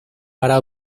para